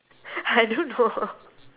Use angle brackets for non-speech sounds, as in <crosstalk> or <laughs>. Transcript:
I don't know <laughs>